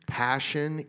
passion